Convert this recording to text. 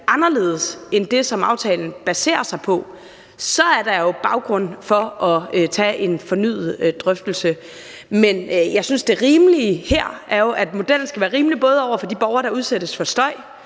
anderledes end det, som aftalen baserer sig på, så er der jo baggrund for at tage en fornyet drøftelse. Men jeg synes, at det rimelige her er, at modellen både skal være rimelig over for de borgere, der udsættes for støj,